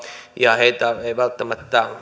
ja heitä ei välttämättä